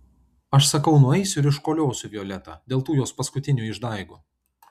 aš sakau nueisiu ir iškoliosiu violetą dėl tų jos paskutinių išdaigų